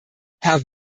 herr